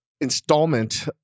installment